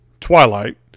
Twilight